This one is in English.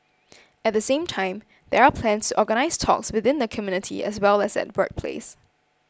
at the same time there are plans organise talks within the community as well as at workplace